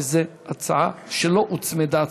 כי זאת הצעה שלא הוצמדה,